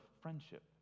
friendship